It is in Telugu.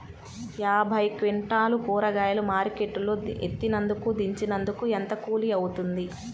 యాభై క్వింటాలు కూరగాయలు మార్కెట్ లో ఎత్తినందుకు, దించినందుకు ఏంత కూలి అవుతుంది?